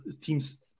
team's